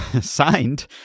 signed